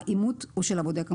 האימות הוא של הבודק המוסמך.